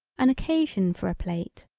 an occasion for a plate,